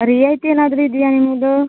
ರಿಯಾಯಿತಿ ಏನಾದರೂ ಇದೆಯಾ ನಿಮ್ಮದು